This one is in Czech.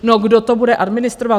No, kdo to bude administrovat?